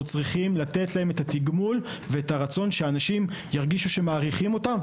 אנחנו צריכים לתת להם את התגמול ושאנשים ירגישו שמעריכים אותם,